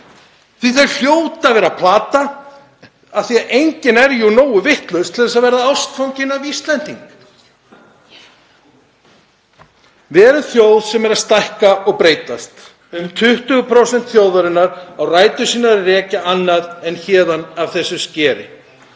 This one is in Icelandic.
að þau hljóti að vera að plata af því að enginn er jú nógu vitlaus til að verða ástfanginn af Íslendingi. Við erum þjóð sem er að stækka og breytast. Um 20% þjóðarinnar á rætur sínar að rekja annað en hingað, á þetta sker.